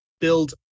build